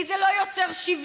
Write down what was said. כי זה לא יוצר שוויון,